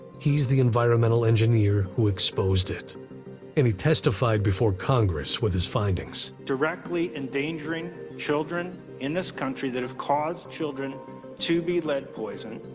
he's the environmental engineer who exposed it and he testified before congress with his findings. directly endangering children in this country that have caused children to be lead poisoned.